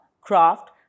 craft